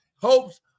hopes